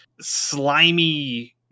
slimy